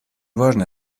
важно